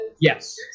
yes